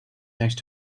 next